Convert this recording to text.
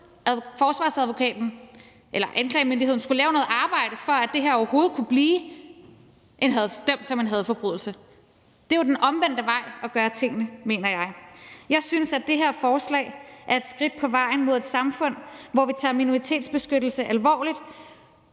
men der gik noget tid. Anklagemyndigheden skulle lave noget arbejde, for at det her overhovedet kunne blive pådømt som en hadforbrydelse. Det er den omvendte vej at gøre tingene på, mener jeg. Jeg synes, at det her forslag er et skridt på vejen hen mod et samfund, hvor vi tager minoritetsbeskyttelse alvorligt,